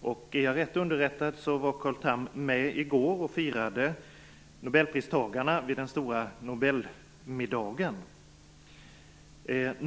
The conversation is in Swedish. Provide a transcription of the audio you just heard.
Om jag är rätt underrättad var Carl Tham med i går och firade nobelpristagarna vid den stora nobelmiddagen.